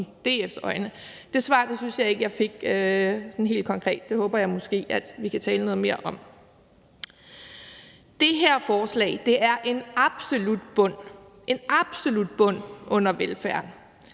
Det svar syntes jeg ikke jeg sådan helt konkret fik. Det håber jeg at vi måske kan tale noget mere om. Det her forslag er en absolut bund – en absolut bund – under velfærden.